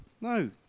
No